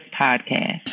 podcast